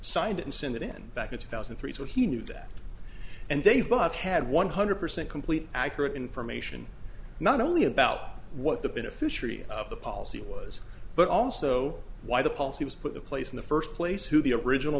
signed it and sent it in back in two thousand and three so he knew that and they've but had one hundred percent complete accurate information not only about what the beneficiary of the policy was but also why the policy was put the place in the first place who the original